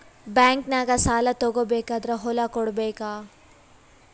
ಬ್ಯಾಂಕ್ನಾಗ ಸಾಲ ತಗೋ ಬೇಕಾದ್ರ್ ಹೊಲ ಕೊಡಬೇಕಾ?